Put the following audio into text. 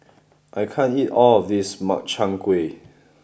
I can't eat all of this Makchang Gui